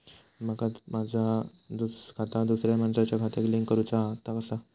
माका माझा खाता दुसऱ्या मानसाच्या खात्याक लिंक करूचा हा ता कसा?